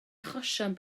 achosion